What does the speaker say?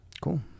Cool